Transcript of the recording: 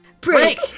Break